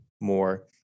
more